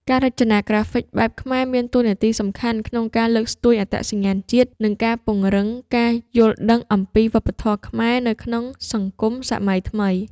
ការរចនាក្រាហ្វិកបែបខ្មែរមានតួនាទីសំខាន់ក្នុងការលើកស្ទួយអត្តសញ្ញាណជាតិ និងការពង្រឹងការយល់ដឹងអំពីវប្បធម៌ខ្មែរ នៅក្នុងសង្គមសម័យថ្មី។